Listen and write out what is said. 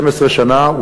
12 שנה,